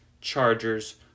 Chargers